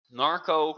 narco